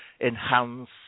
enhance